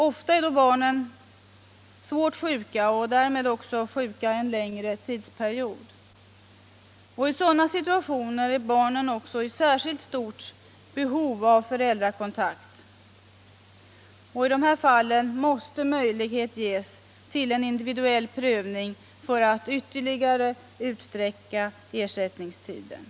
Ofta är då barnen svårt sjuka och därmed också sjuka en längre tidsperiod. I sådana situationer är barnen i särskilt stort behov av föräldrakontakt. I dessa fall måste möjlighet ges till en individuell prövning för att ytter ligare utsträcka ersättningstiden.